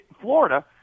Florida